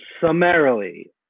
Summarily